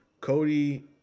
Cody